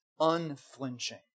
unflinching